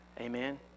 Amen